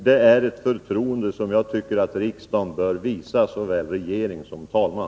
Det är ett förtroende som jag tycker att riksdagen bör visa såväl regering som talman.